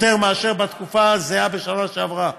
יותר מאשר בתקופה הזהה בשנה שעברה.